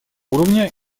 уровня